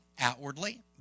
outwardly